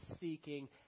seeking